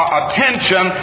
attention